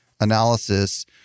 analysis